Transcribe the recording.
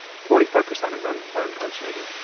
forty-five percent of them are incarcerated.